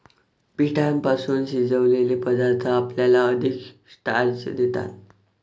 पिठापासून शिजवलेले पदार्थ आपल्याला अधिक स्टार्च देतात